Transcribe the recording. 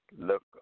look